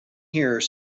here